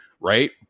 right